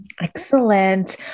Excellent